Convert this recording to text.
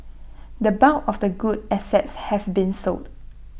the bulk of the good assets have been sold